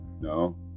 No